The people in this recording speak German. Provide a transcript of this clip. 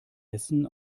essen